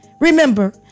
Remember